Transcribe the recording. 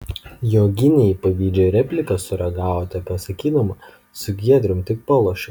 joginė į pavydžią repliką sureagavo tepasakydama su giedrium tik palošiau